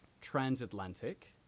Transatlantic